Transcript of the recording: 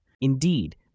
Indeed